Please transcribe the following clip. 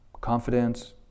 confidence